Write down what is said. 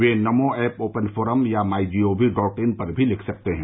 वे Namo app open forum या my G O V dot in पर भी लिख सकते हैं